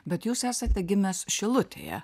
bet jūs esate gimęs šilutėje